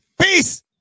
peace